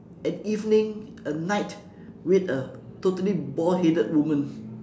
an evening a night with a totally bald headed woman